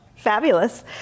Fabulous